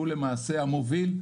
שהוא למעשה המוביל.